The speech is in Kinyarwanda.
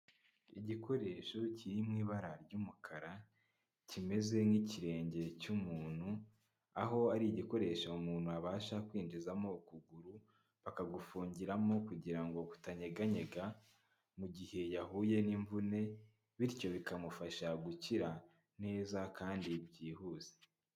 Igikoresho kiri mu ibara ry'umukara, kimeze nk'ikirenge cy'umuntu, aho ari igikoresho umuntu abasha kwinjizamo ukuguru, bakagufungiramo kugira ngo kutanyeganyega mu gihe yahuye n'imvune, bityo bikamufasha gukira neza kandi byihuse.